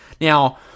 Now